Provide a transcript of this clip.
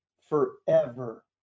forever